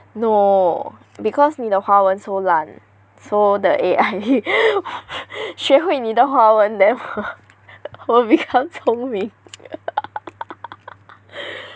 no because 你的华文 so 烂 so the A_I 学会你的华文 and then will become 聪明